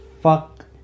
Fuck